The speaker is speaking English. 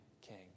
king